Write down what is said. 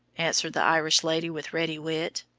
answered the irish lady with ready wit,